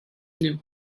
nous